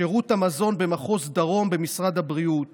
שירות המזון במחוז דרום במשרד הבריאות